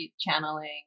channeling